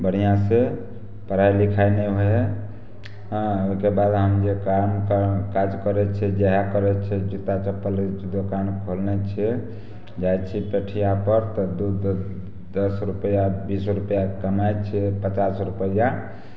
बढ़िआँसे पढ़ाइ लिखाइ नहि होइ हइ हँ ओहिके बाद हम जे काम काज करै छिए जेहै करै छिए जुत्ता चप्पल दोकान खोलने छिए जाइ छिए पेठिआपर तऽ दुइ दस रुपैआ बीस रुपैआ कमाइ छिए पचास रुपैआ